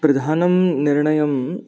प्रधानं निर्णयं